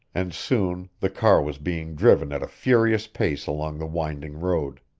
and soon the car was being driven at a furious pace along the winding road.